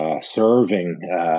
serving